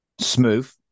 Smooth